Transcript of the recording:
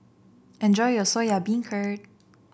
enjoy your Soya Beancurd